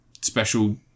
special